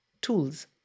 tools